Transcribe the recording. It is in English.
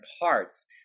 parts